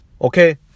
Okay